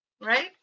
right